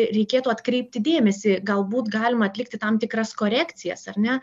reikėtų atkreipti dėmesį galbūt galima atlikti tam tikras korekcijas ar ne